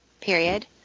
period